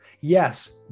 Yes